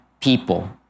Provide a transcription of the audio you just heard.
people